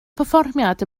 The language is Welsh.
perfformiad